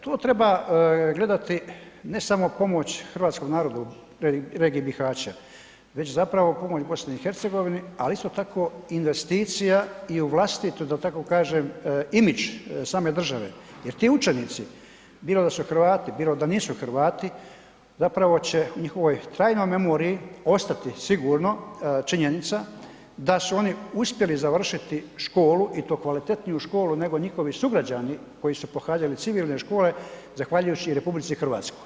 To treba gledati ne samo pomoć hrvatskom narodu u regiji Bihaća, već zapravo pomoć BiH, ali isto tako investicija i u vlastitu da tako kažem imidž same države jer ti učenici bilo da su Hrvati, bilo da nisu Hrvati zapravo će u njihovoj trajnoj memoriji ostati sigurno činjenica da su oni uspjeli završiti školu i to kvalitetniju školu nego njihovi sugrađani koji su pohađali civilne škole zahvaljujući RH.